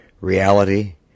reality